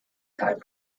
time